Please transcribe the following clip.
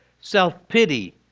self-pity